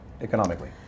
economically